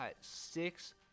six